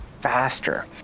faster